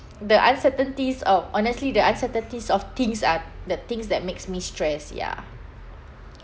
the uncertainties of honestly the uncertainties of things are the things that makes me stress ya